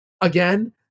Again